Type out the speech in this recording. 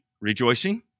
rejoicing